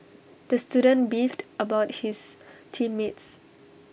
the student beefed about his team mates